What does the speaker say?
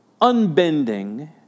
unbending